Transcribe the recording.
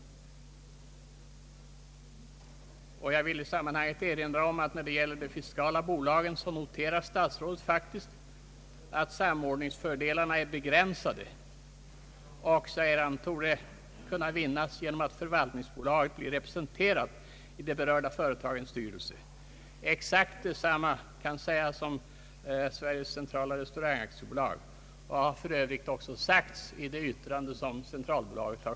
I sammanhanget vill jag erinra om att statsrådet när det gäller de fiskala bolagen faktiskt noterar att samordningsfördelarna är begränsade och — säger han — »torde kunna vinnas genom att förvaltningsbolaget blir representerat i de berörda företagens styrelse». Exakt detsamma kan sägas om Sveriges Centrala restaurang AB.